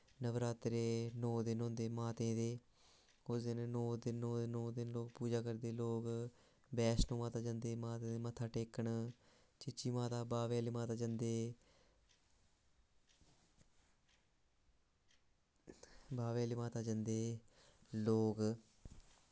नवरात्रे नौ दिन होंदे माता दे उस दिन नौ दे नौ दिन लोक पूजा करदे माता दे वैष्णो माता जंदे माता दे मत्था टेकन ई चीची माता बाह्वे आह्ली माता जंदे बाह्वे आह्ली माते जंदे लोग